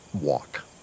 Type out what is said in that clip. walk